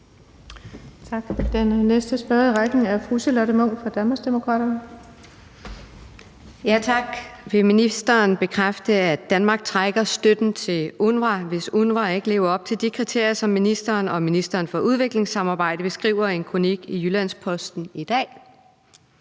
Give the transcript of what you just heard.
Tak. Den næste spørger i rækken er fru Charlotte Munch fra Danmarksdemokraterne. Kl. 15:02 Charlotte Munch (DD): Tak. Vil ministeren bekræfte, at Danmark trækker støtten til UNRWA, hvis UNRWA ikke lever op til de kriterier, som han og ministeren for udviklingssamarbejde beskriver i en kronik i Jyllands-Posten i dag?